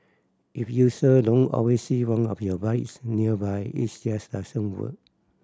if user don't always see one of your bikes nearby it's just doesn't work